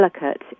delicate